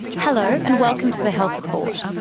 hello and welcome to the health report.